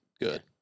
good